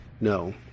No